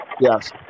Yes